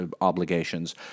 obligations